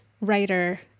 writer